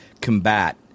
combat